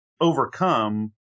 overcome